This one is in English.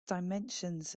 dimensions